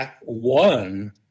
one